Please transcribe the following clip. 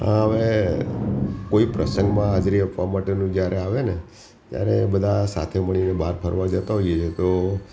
હ હવે કોઈ પ્રસંગમાં હાજરી આપવા માટેનું જયારે આવે ને ત્યારે બધા સાથે મળીને બહાર ફરવા જતા હોઈએ છીએ તો